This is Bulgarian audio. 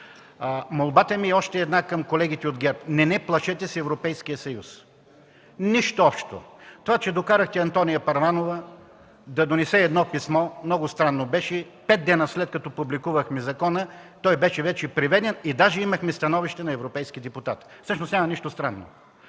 молба – към колегите от ГЕРБ: не ни плашете с Европейския съюз. Нищо общо! Това, че докарахте Антония Първанова да донесе едно писмо, беше много странно. Пет дни, след като публикувахме закона, той беше вече преведен и даже имахме становище на европейски депутат. Всъщност няма нищо странно.